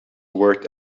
worked